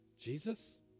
Jesus